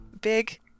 big